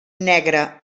negre